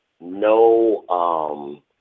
no